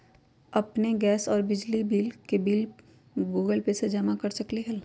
अपन गैस और बिजली के बिल गूगल पे से जमा कर सकलीहल?